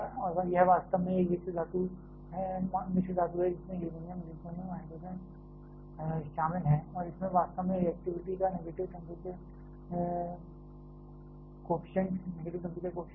और यह वास्तव में एक मिश्र धातु है जिसमें यूरेनियम ज़िरकोनियम और हाइड्रोजन शामिल हैं और इसमें वास्तव में रिएक्टिविटी का नेगेटिव टेंपरेचर कॉएफिशिएंट है